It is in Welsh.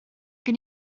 gen